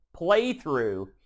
playthrough